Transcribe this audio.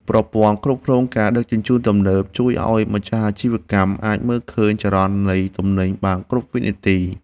ប្រព័ន្ធគ្រប់គ្រងការដឹកជញ្ជូនទំនើបជួយឱ្យម្ចាស់អាជីវកម្មអាចមើលឃើញចរន្តនៃទំនិញបានគ្រប់វិនាទី។